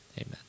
Amen